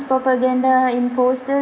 propaganda in post~